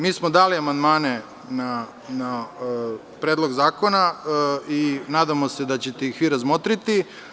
Mi smo dali amandmane na Predlog zakona i nadamo se da ćete ih vi razmotriti.